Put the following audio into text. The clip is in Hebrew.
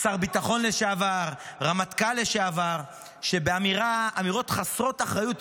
שר ביטחון, רמטכ"ל לשעבר, שבאמירות חסרות אחריות,